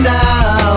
now